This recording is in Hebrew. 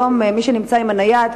מי שנמצא עם הנייד,